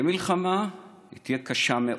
במילים אחרות: תהיה מלחמה, היא תהיה קשה מאוד,